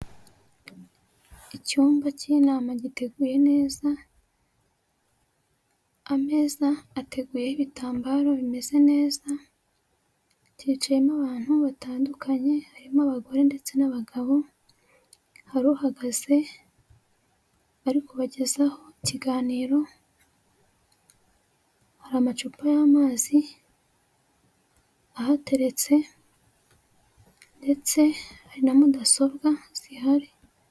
Icyumba cy'inama giteguye neza, ameza ateguyeho ibitambaro bimeze neza, cyicayemo abantu batandukanye, harimo abagore ndetse n'abagabo, hari uhagaze ari kubagezaho ikiganiro, hari amacupa y'amazi ahateretse ndetse hari na mudasobwa zihari.